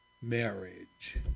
marriage